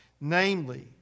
namely